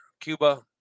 Cuba